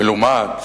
מלומד.